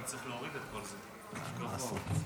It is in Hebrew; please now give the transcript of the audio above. לרשותך שלוש דקות.